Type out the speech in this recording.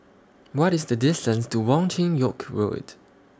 What IS The distance to Wong Chin Yoke Road